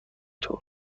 طور